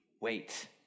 wait